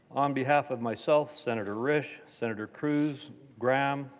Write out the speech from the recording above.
on behalf of myself, senator risch, senator cruz, graham,